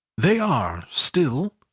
they are. still,